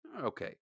Okay